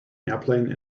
airplane